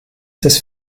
des